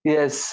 Yes